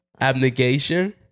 Abnegation